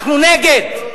אנחנו נגד.